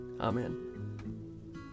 Amen